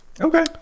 Okay